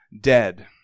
dead